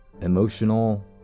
emotional